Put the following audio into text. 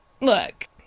look